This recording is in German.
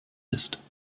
ist